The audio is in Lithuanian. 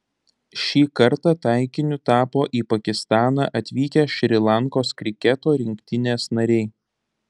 šį kartą taikiniu tapo į pakistaną atvykę šri lankos kriketo rinktinės nariai